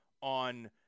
on